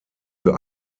für